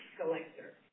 collector